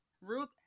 Ruth